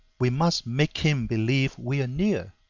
we must make him believe we are near.